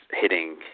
hitting